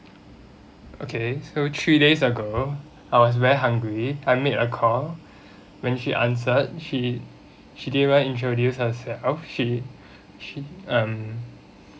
okay so three days ago I was very hungry I made a call when she answered she she didn't even introduce herself she she um